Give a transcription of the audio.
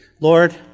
Lord